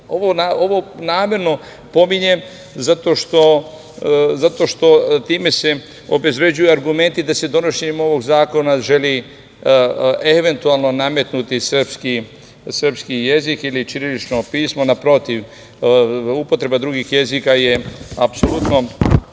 namerno pominjem zato što time se obezbeđuju argumenti da se donošenjem ovog zakona želi eventualno nametnuti srpski jezik ili ćirilično pismo. Naprotiv upotreba drugih jezika je apsolutno